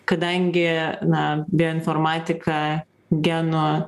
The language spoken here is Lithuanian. kadangi na bioinformatika genų